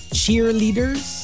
cheerleaders